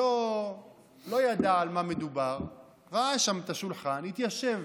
שלא ידע על מה מדובר, ראה שם את השולחן, התיישב